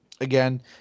Again